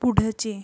पुढचे